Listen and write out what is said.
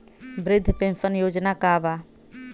वृद्ध पेंशन योजना का बा?